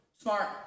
smart